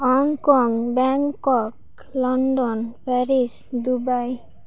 Hong Kong Bangkok London Paris Dubai